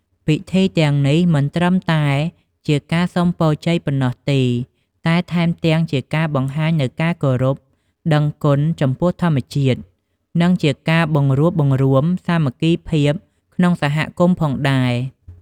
ពិធីសាសនាទាំងនេះមិនត្រឹមតែជាការសុំពរជ័យប៉ុណ្ណោះទេ តែថែមទាំងជាការបង្ហាញនូវការគោរពដឹងគុណចំពោះធម្មជាតិ និងជាការបង្រួបបង្រួមសាមគ្គីភាពក្នុងសហគមន៍ផងដែរ។